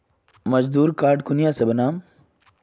मजदूर कार्ड कुनियाँ से बनाम?